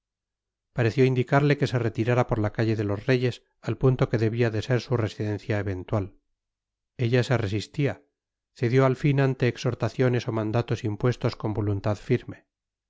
pareció indicarle que se retirara por la calle de los reyes al punto que debía de ser su residencia eventual ella se resistía cedió al fin ante exhortaciones o mandatos impuestos con voluntad firme